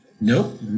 Nope